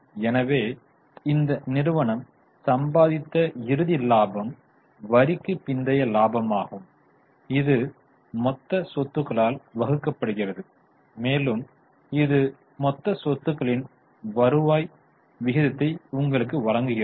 எனவே இந்த நிறுவனம் சம்பாதித்த இறுதி லாபம் வரிக்குப் பிந்தைய லாபமாகும் இது மொத்த சொத்துகளால் வகுக்கப்படுகிறது மேலும் இது மொத்த சொத்துக்களின் வருவாய் விகிதத்தை உங்களுக்கு வழங்குகிறது